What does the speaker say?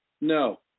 No